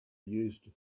used